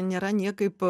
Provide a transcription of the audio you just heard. nėra niekaip